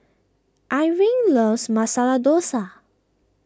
Irving loves Masala Dosa